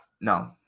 No